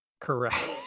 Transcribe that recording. Correct